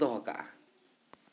ᱫᱚᱦᱚ ᱠᱟᱜᱼᱟ